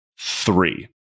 three